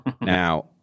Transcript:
Now